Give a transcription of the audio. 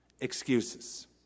excuses